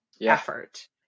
effort